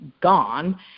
gone